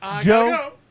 Joe